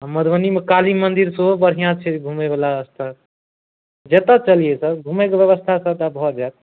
मधुबनीमे काली मंदिर सेहो बढ़िआँ छै घूमे बला स्थान जतऽ चलियै सर घूमैके व्यवस्था सब जायत